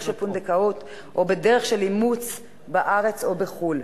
של פונדקאות או בדרך של אימוץ בארץ או בחו"ל,